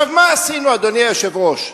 מה עשינו, אדוני היושב-ראש?